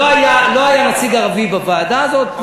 לא היה נציג ערבי בוועדה הזו,